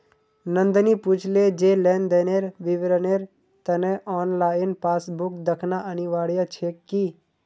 नंदनी पूछले जे लेन देनेर विवरनेर त न ऑनलाइन पासबुक दखना अनिवार्य छेक की